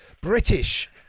British